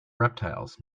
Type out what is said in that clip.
reptiles